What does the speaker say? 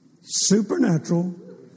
supernatural